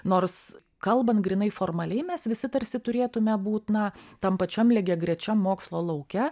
nors kalbant grynai formaliai mes visi tarsi turėtume būt na tam pačiam lygiagrečiam mokslo lauke